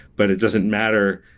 but it doesn't matter.